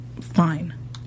Fine